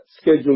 schedule